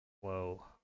whoa